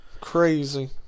Crazy